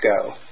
go